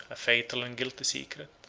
a fatal and guilty secret,